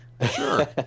Sure